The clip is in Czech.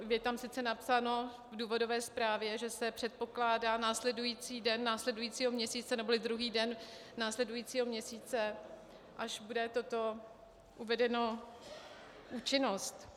Je tam sice napsáno v důvodové zprávě, že se předpokládá následující den následujícího měsíce, neboli druhý den následujícího měsíce, až to bude uvedeno v účinnost.